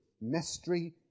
Mystery